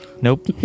Nope